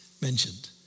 mentioned